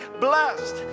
blessed